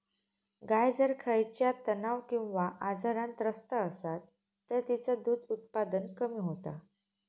गाय जर खयच्या तणाव किंवा आजारान त्रस्त असात तर तिचा दुध उत्पादन कमी होता